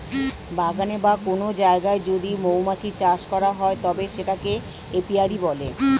বাগানে বা কোন জায়গায় যদি মৌমাছি চাষ করা হয় তবে সেটাকে এপিয়ারী বলে